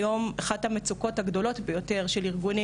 היום אחת המצוקות הגדולות ביותר של ארגונים